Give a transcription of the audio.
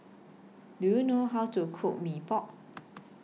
Do YOU know How to Cook Mee Pok